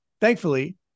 thankfully